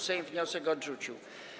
Sejm wniosek odrzucił.